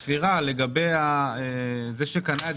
הספירה לגבי זה שקנה,